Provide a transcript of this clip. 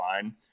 fine